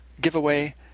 giveaway